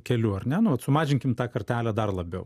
keliu ar ne nu vat sumažinkim tą kartelę dar labiau